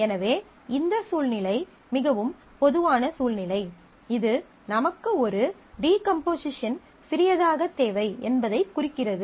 எனவே இந்த சூழ்நிலை மிகவும் பொதுவான சூழ்நிலை இது நமக்கு ஒரு டீகம்போசிஷன் சிறியதாக தேவை என்பதைக் குறிக்கிறது